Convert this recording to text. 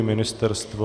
Ministerstvo?